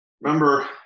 remember